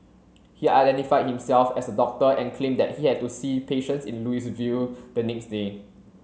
he identified himself as a doctor and claimed that he had to see patients in Louisville the next day